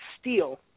steal